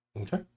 Okay